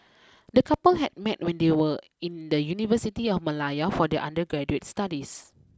the couple had met when they were in the University of Malaya for their undergraduate studies